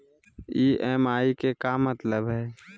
EMI के का मतलब हई?